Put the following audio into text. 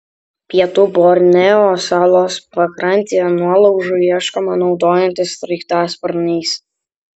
pietų borneo salos pakrantėje nuolaužų ieškoma naudojantis sraigtasparniais